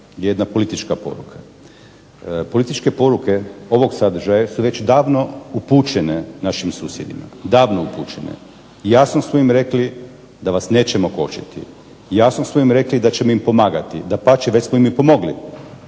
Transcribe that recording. jedna politička poruka. Političke poruke ovog sadržaja su već davno upućene našim susjedima, davno upućene, i jasno smo im rekli da vas nećemo kočiti, jasno smo im rekli da ćemo im pomagati, dapače već smo im i pomogli,